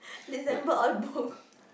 but